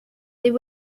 there